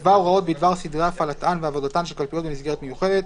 יקבע הוראות בדבר סדרי הפעלתן ועבודתן של קלפיות במסגרת מיוחדת,